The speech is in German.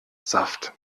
saft